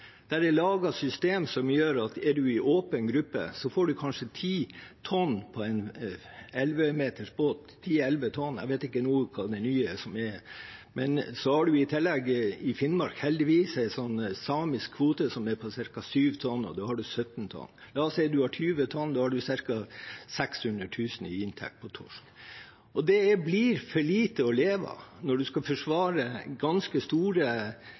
som gjør at er man i åpen gruppe, får man kanskje 10 tonn på en 11 meters båt, 10–11 tonn, jeg vet ikke hva som er det nye nå. Men så har man i tillegg i Finnmark heldigvis en samisk kvote som er på ca. 7 tonn, og da har man 17 tonn. La oss si at man har 20 tonn, da har man ca. 600 000 kr i inntekt på torsk. Det blir for lite å leve av når man skal forsvare ganske store